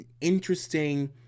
interesting